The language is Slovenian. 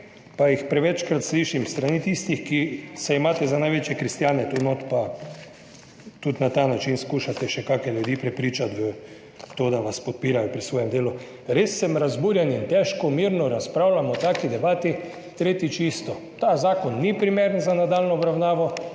pa jih prevečkrat slišim s strani tistih, ki se imate tu notri za največje kristjane in tudi na ta način skušate še kakšne ljudi prepričati v to, da vas podpirajo pri svojem delu. Res sem razburjen in težko mirno razpravljamo o taki debati tretjič isto. Ta zakon ni primeren za nadaljnjo obravnavo,